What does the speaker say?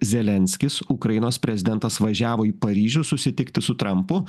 zelenskis ukrainos prezidentas važiavo į paryžių susitikti su trampu